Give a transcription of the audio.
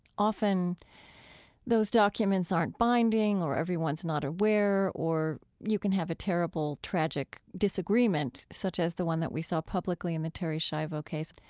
often those documents aren't binding or everyone's not aware or you can have a terrible tragic disagreement such as the one that we saw publicly in the terri schiavo case.